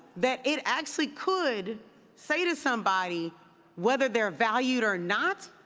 that it actually could say to somebody whether they're valued or not,